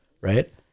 Right